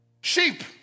sheep